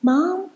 Mom